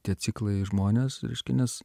tie ciklai žmones reiškia nes